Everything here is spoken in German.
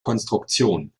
konstruktion